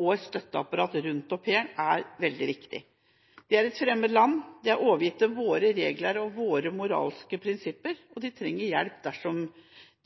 og et støtteapparat rundt au pairen er veldig viktig. De er i et fremmed land, de er overgitt til våre regler og våre moralske prinsipper, og de trenger hjelp dersom